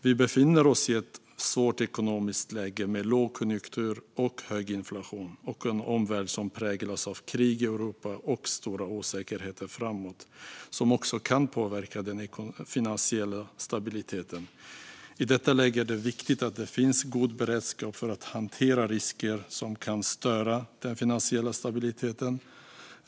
Vi befinner oss i ett svårt ekonomiskt läge med lågkonjunktur och hög inflation och en omvärld som präglas av krig i Europa och stora osäkerheter framåt som också kan påverka den finansiella stabiliteten. I detta läge är det viktigt att det finns god beredskap för att hantera risker som kan störa den finansiella stabiliteten.